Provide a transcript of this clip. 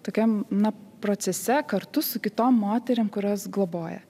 tokiam na procese kartu su kitom moterim kurios globoja